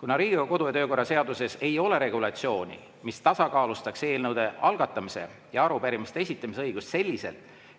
Kuna Riigikogu kodu- ja töökorra seaduses ei ole regulatsiooni, mis tasakaalustaks eelnõude algatamise ja arupärimiste esitamise õigust selliselt,